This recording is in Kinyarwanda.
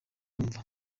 bumva